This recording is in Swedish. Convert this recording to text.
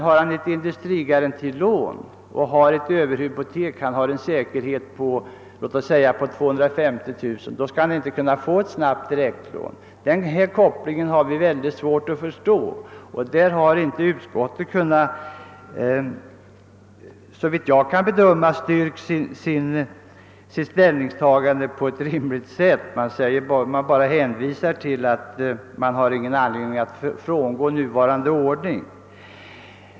Har han däremot industrigarantilån och överhypotek — en säkerhet på låt oss säga 250 000 kr. — skall han inte kunna få ett snabbt direktlån. Denna koppling anser vi inte vara rimlig. Såvitt jag kan bedöma har inte heller utskottet kunnat styrka sitt ställningstagande på ett acceptabelt sätt. Man konstaterar bara att det inte finns någon anledning att frångå nuvarande ordning.